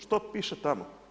Što piše tamo.